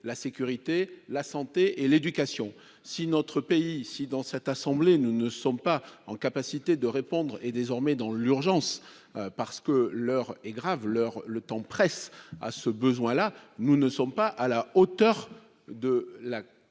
la sécurité, la santé et l'éducation, si notre pays ici dans cette assemblée, nous ne sommes pas en capacité de répondre et désormais dans l'urgence parce que l'heure est grave leur le temps presse à ce besoin, là, nous ne sommes pas à la hauteur de la